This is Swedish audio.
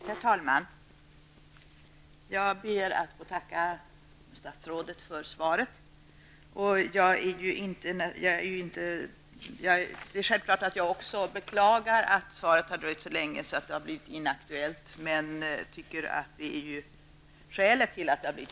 Herr talman! Jag ber att få tacka statsrådet för svaret på min interpellation. Självklart beklagar också jag att svaret har dröjt så länge att frågan har blivit inaktuell. Men skälet till det är bra.